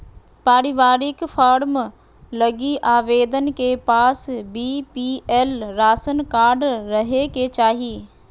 पारिवारिक फार्म लगी आवेदक के पास बीपीएल राशन कार्ड रहे के चाहि